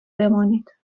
بمانید